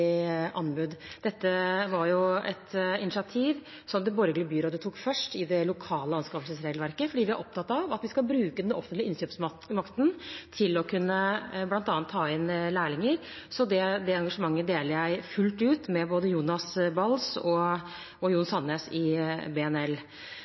anbud. Dette var et initiativ som det borgerlige byrådet tok først, i det lokale anskaffelsesregelverket, fordi vi er opptatt av at vi skal bruke den offentlige innkjøpsmakten til bl.a. å kunne ta inn lærlinger. Det engasjementet deler jeg fullt ut, både med Jonas Bals og med Jon